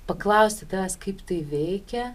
paklausti tavęs kaip tai veikia